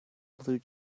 blue